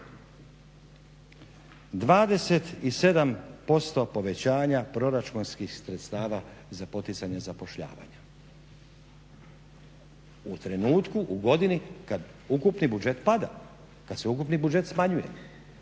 27% povećanja proračunskih sredstava za poticanje zapošljavanja. U trenutku u godini kada ukupni budžet pada, kada su ukupni budžet smanjuje.